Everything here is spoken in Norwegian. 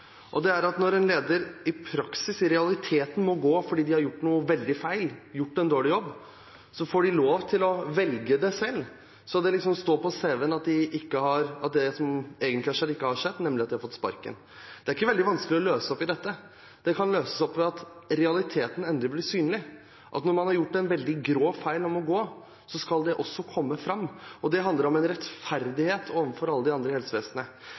enkelt: Det er at når ledere i realiteten må gå fordi de har gjort noe veldig feil og gjort en dårlig jobb, får de lov til å velge det selv, sånn at det som egentlig har skjedd, ikke står på CV-en – nemlig at de har fått sparken. Det er ikke veldig vanskelig å løse opp i dette. Det kan gjøres ved at realiteten endelig blir synlig, at når man har gjort en veldig grov feil og må gå, skal det også komme fram. Det handler om rettferdighet overfor alle de andre i helsevesenet.